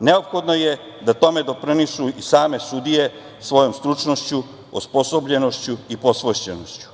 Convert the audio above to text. neophodno je da tome doprinesu i same sudije svojom stručnošću, osposobljenošću i posvećenošću.